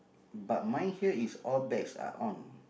but mine here is all bags are on